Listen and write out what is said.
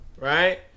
Right